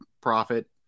profit